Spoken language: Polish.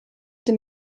gdy